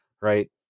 Right